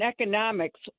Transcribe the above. economics